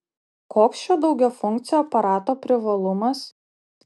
koks šio daugiafunkcio aparato privalumas